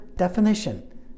definition